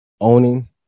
owning